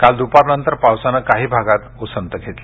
काल दुपारनंतर पावसाने काही भागात ऊसंत घेतली